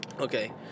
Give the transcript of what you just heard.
Okay